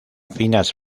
finas